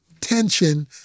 tension